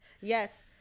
Yes